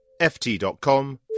ft.com